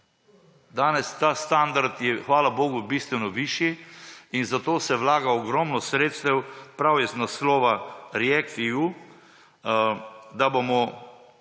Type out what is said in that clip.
Danes ta standard je hvala bogu bistveno višji, in zato se vlaga ogromno sredstev prav iz naslova React EU, da bomo